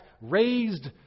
raised